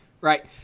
right